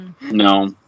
No